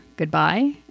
Goodbye